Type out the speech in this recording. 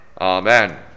Amen